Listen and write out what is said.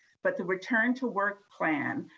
but the return to work plan,